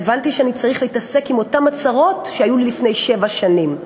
והבנתי שאני צריך להתעסק עם אותן הצרות שהיו לי לפני שבע שנים.